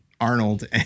Arnold